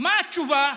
מה התשובה?